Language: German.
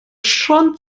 schon